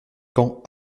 camps